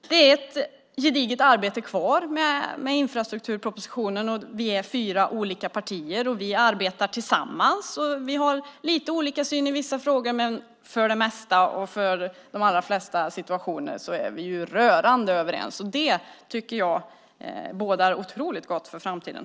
Det återstår ett gediget arbete med infrastrukturpropositionen. Vi är fyra olika partier, och vi arbetar tillsammans. Vi har lite olika syn i vissa frågor, men för det mesta och i de flesta situationer är vi rörande överens. Det tycker jag bådar otroligt gott för framtiden!